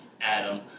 Adam